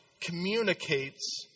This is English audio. communicates